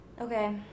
Okay